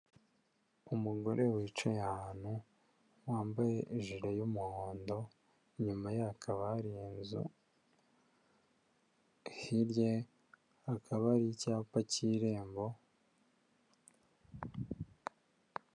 Umugore wicaye ahantu, wambaye ijire y'umuhondo, inyuma ye hakaba hari inzu, hirya hakaba hari icyapa cy'irembo